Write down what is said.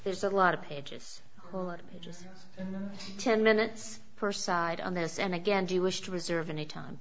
there's a lot of pages just ten minutes per side on this and again do you wish to reserve any time